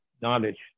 knowledge